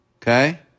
Okay